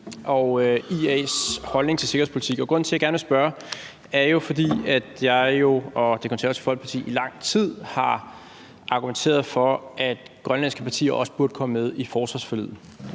og IA's holdning til sikkerhedspolitik. Grunden til, at jeg gerne vil spørge, er, at jeg og Det Konservative Folkeparti i lang tid har argumenteret for, at grønlandske partier også burde komme med i forsvarsforliget,